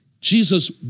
Jesus